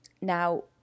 Now